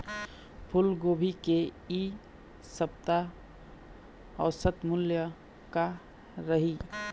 फूलगोभी के इ सप्ता औसत मूल्य का रही?